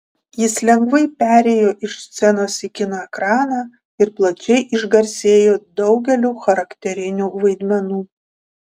jis lengvai perėjo iš scenos į kino ekraną ir plačiai išgarsėjo daugeliu charakterinių vaidmenų